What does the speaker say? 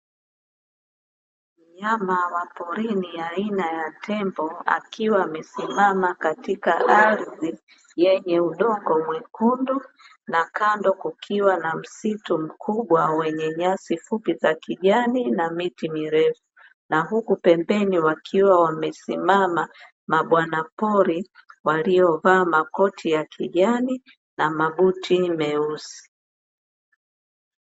Mnyama wa porini aina ya tembo akiwa amesimama katika ardhi yenye udongo mwekundu, na kando kukiwa na msitu mkubwa wenye nyasi fupi za kijani na miti mirefu. Na huku pembeni wakiwa wamesimama mabwanapori waliovaa makoti ya kijani na mabuti meusi.